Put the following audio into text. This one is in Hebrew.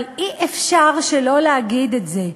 אבל אי-אפשר שלא להגיד את זה: